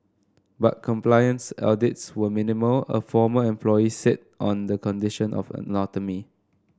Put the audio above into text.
but compliance audits were minimal a former employee said on the condition of anonymity